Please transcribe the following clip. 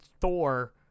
Thor